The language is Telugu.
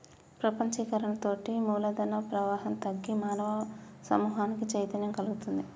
ప్రపంచీకరణతోటి మూలధన ప్రవాహం తగ్గి మానవ సమూహానికి చైతన్యం గల్గుతుంది